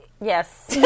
Yes